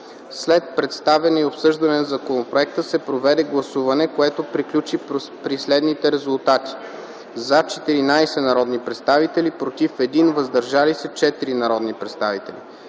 След представяне и обсъждане на законопроекта се проведе гласуване, което приключи при следните резултати: “за” - 14 народни представители, “против” - 1, и “въздържали се” - 4 народни представители.